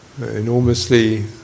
enormously